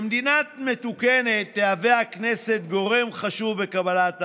במדינה מתוקנת תהווה הכנסת גורם חשוב בקבלת ההחלטות,